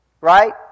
right